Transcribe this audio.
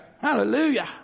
Hallelujah